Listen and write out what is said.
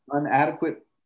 inadequate